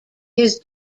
his